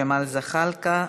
ג'מאל זחאלקה,